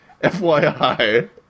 FYI